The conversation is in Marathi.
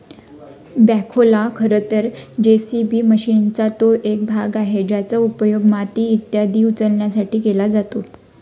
बॅखोला खरं तर जे.सी.बी मशीनचा तो भाग आहे ज्याचा उपयोग माती इत्यादी उचलण्यासाठी केला जातो